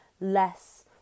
less